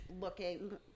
looking